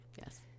Yes